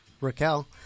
Raquel